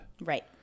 right